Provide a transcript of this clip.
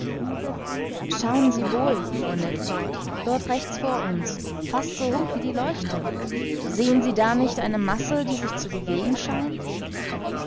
schauen sie wohl fuhr ned fort dort rechts vor uns fast so hoch wie die leuchte sehen sie da nicht eine masse die sich zu bewegen scheint